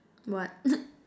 what